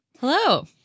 Hello